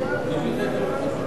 נתקבלו.